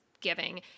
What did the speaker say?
giving